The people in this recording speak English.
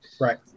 Right